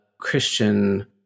Christian